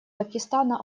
пакистана